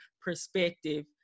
perspective